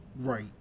right